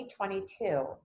2022